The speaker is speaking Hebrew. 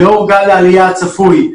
לאור גל העלייה הצפוי,